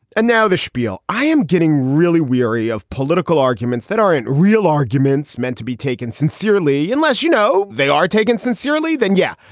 and now the spiel i am getting really weary of political arguments that aren't real arguments meant to be taken sincerely unless you know they are taken sincerely, then yeah,